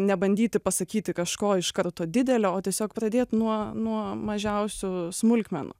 nebandyti pasakyti kažko iš karto didelio o tiesiog pradėt nuo nuo mažiausių smulkmenų